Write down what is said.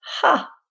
ha